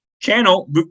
channel